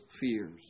fears